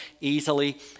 easily